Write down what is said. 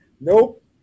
Nope